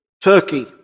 Turkey